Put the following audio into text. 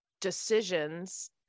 decisions